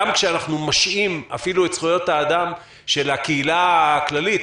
גם כשאנחנו משהים לשעה אפילו את זכויות האדם של הקהילה הכללית,